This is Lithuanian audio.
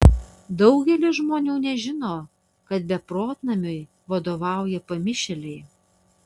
daugelis žmonių nežino kad beprotnamiui vadovauja pamišėliai